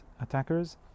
attackers